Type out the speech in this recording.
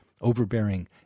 overbearing